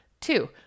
Two